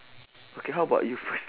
okay how about you first